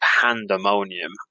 pandemonium